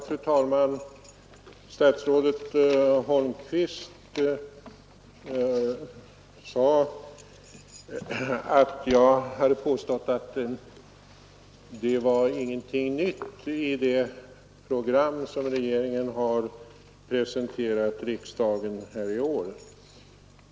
Fru talman! Statsrådet Holmqvist sade att jag påstod att det inte var någonting nytt i det program som regeringen i år presenterat riksdagen.